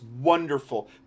wonderful